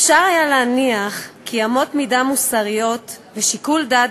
אפשר היה להניח כי אמות מידה מוסריות ושיקול דעת